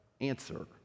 answer